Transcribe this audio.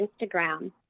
Instagram